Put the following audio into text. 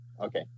Okay